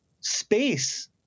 space